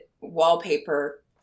wallpaper